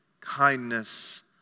kindness